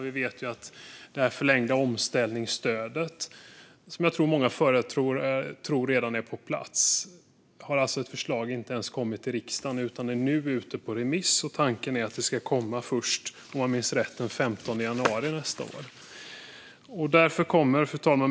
Vi vet att många företagare tror att det förlängda omställningsstödet redan finns på plats. Där har ett förslag inte ens kommit till riksdagen. Det är nu ute på remissrunda. Tanken är att det ska komma först den 15 januari nästa år, om jag minns rätt.